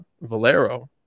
Valero